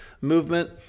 movement